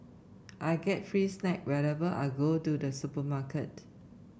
I get free snack whenever I go to the supermarket